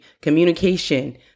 Communication